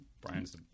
brian's